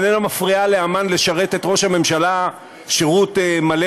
איננה מפריעה לאמ"ן לשרת את ראש הממשלה שירות מלא